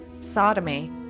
sodomy